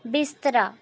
ਬਿਸਤਰਾ